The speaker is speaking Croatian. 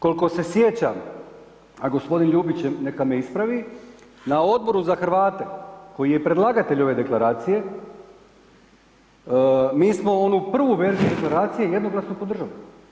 Koliko se sjećam a g. Ljubić neka me ispravi na Odboru za Hrvate, koji je predlagatelj ove deklaracije, mi smo onu prvu verzije deklaracije jednoglasno podržali.